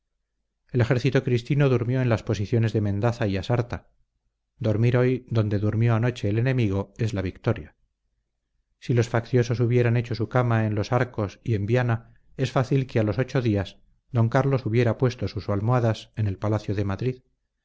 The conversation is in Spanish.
el ejército cristino durmió en las posiciones de mendaza y asarta dormir hoy donde durmió anoche el enemigo es la victoria si los facciosos hubieran hecho su cama en los arcos y en viana es fácil que a los ocho días d carlos hubiera puesto sus almohadas en el palacio de madrid